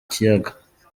kiyaga